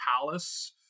Palace